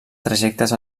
trajectes